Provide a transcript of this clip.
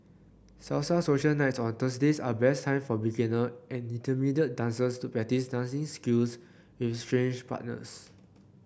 salsa social nights on Thursdays are best time for beginner and intermediate dancers to practice dancing skills with strange partners